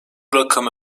rakamı